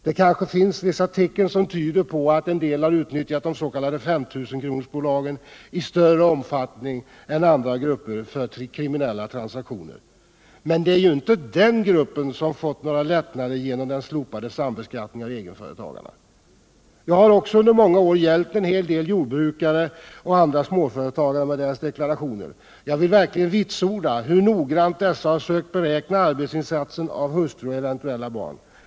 Det kanske finns vissa tecken som tyder på att en del har utnyttjat de s.k. 5 000-kronorsbolagen i större omfattning än andra grupper för kriminella transaktioner. Men det är ju inte den gruppen som fått några lättnader genom den slopade sambeskattningen av egenföretagarna. Jag har också under många år hjälpt en hel del jordbrukare och andra småföretagare med deras deklarationer. Jag vill verkligen vitsorda den noggrannhet med vilken dessa har sökt beräkna arbetsinsatsen från hustru och eventuella barn.